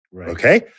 Okay